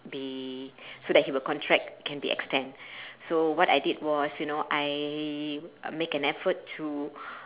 be so that he will contract can be extend so what I did was you know I make an effort to